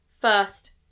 first